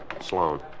Sloan